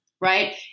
right